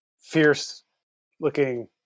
fierce-looking